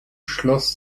schloss